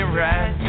right